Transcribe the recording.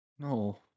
No